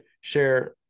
share